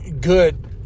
good